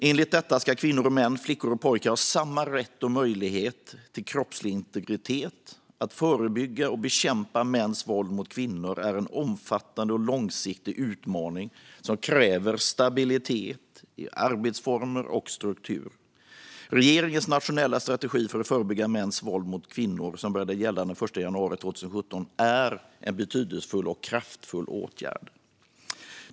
Enligt detta ska kvinnor och män och flickor och pojkar ha samma rätt och möjlighet till kroppslig integritet. Att förebygga och bekämpa mäns våld mot kvinnor är en omfattande och långsiktig utmaning som kräver stabilitet i arbetsformer och strukturer. Regeringens nationella strategi för att förebygga mäns våld mot kvinnor, som började gälla den 1 januari 2017, är en betydelsefull och kraftfull åtgärd.